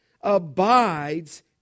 abides